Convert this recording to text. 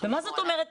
מה זאת אומרת?